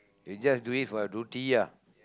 you just do it for your duty ah